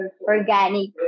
organic